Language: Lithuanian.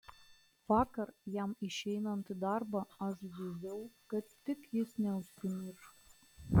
vakar jam išeinant į darbą aš zyziau kad tik jis neužsimirštų